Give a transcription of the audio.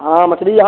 हाँ मछली यहाँ